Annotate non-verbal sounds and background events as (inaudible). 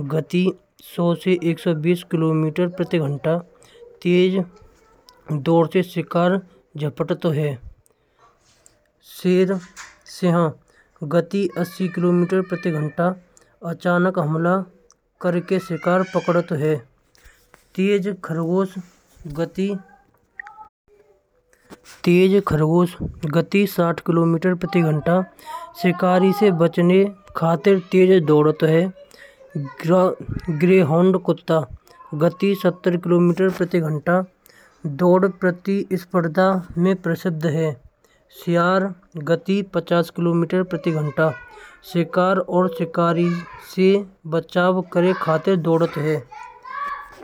गति एक सौ से एक सौ बीस किलोमीटर प्रति घंटा। तेज दूर से शिकार झपट तो है। शेर सहा गति अस्सी किलोमीटर (noise) प्रति घंटा अचानक हमला करके शिकार प्रकटो है। तेज खरगोश तेज गति साठ किलोमीटर प्रति घंटा शिकारी से बचने खातिर दौड़ते हैं। ग्रेहाउंड कुत्ता गति सत्तर किलोमीटर प्रति घंटा। दौड़ प्रति स्पर्धा में प्रसिद्ध है। सियार पचास किलोमीटर प्रति घंटा। (noise) शिकार और शिकारी से बचाव करें खातिर दौड़ते हैं।